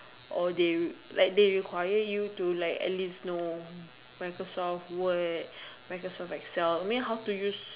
or they like they require you to like at least know Microsoft Word Microsoft Excel I mean how to use